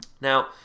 Now